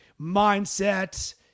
mindset